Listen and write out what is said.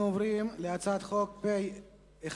אנחנו עוברים להצעת חוק פ/1148,